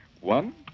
One